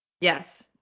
Yes